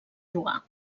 jugar